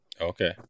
okay